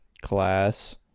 class